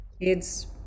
kids